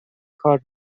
کار